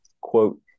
quote